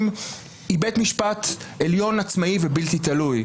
היא בית משפט עליון עצמאי ובלתי תלוי,